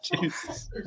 Jesus